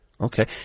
Okay